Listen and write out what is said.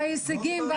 ההישגים.